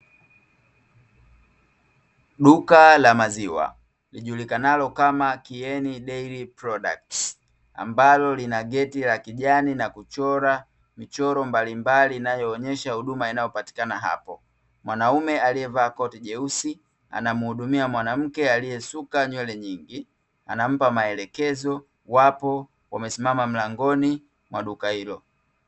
Duka la maziwa lijulikanalo kama "Kieni Dairy Products", ambalo lina geti la kijani na kuchora michoro mbalimbali inayoonyesha huduma inapatikana hapo. Mwanaume aliyevaa koti jeusi, anamhudumia mwanamke aliyesuka nywele nyingi. Anampa maelekezo, wapo wamesimama mlangoni mwa duka hilo.